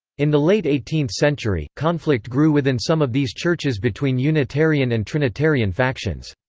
in the late eighteenth century, conflict grew within some of these churches between unitarian and trinitarian factions.